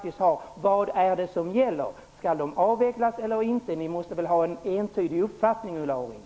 Skall vårdhemmen avvecklas eller inte? Ni måste väl ha en entydig uppfattning, Ulla Orring?